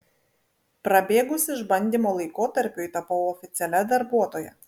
prabėgus išbandymo laikotarpiui tapau oficialia darbuotoja